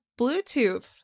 Bluetooth